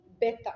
better